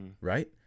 right